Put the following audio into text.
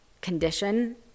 condition